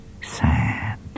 sad